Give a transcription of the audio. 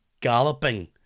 galloping